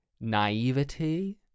naivety